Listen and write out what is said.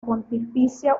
pontificia